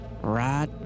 Right